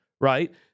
Right